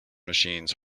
machines